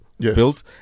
built